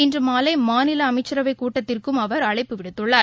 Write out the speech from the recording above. இன்றுமாலைமாநிலஅமைச்சரவைக் கூட்டத்திற்கும் அவர் அழைப்பு விடுத்துள்ளார்